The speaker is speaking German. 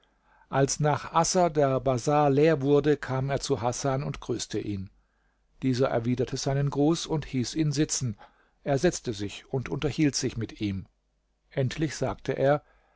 als nach asser der bazar leer wurde kam er zu hasan und grüßte ihn dieser erwiderte seinen gruß und hieß ihn sitzen er setzte sich und unterhielt sich mit ihm endlich sagte er